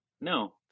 No